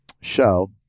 show